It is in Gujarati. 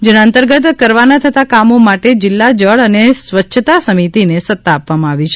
જેના અંતર્ગત કરવાના થતાં કામો માટે જિલ્લા જળ અને સ્વચ્છતા સમિતિને સત્તા આપવામાં આવેલ છે